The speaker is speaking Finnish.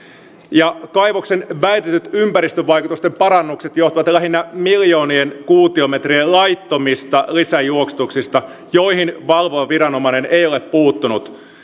ja kaivoksen väitetyt ympäristövaikutusten parannukset johtuvat lähinnä miljoonien kuutiometrien laittomista lisäjuoksutuksista joihin valvova viranomainen ei ole puuttunut